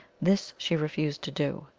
this she refused to do.